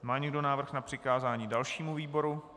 Má někdo návrh na přikázání dalšímu výboru?